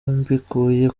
mbikuye